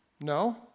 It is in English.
No